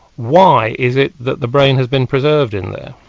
why is it that the brain has been preserved in there.